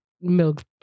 milk